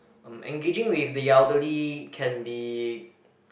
um engaging with the elderly can be